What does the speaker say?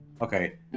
Okay